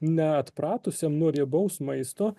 neatpratusiam nuo riebaus maisto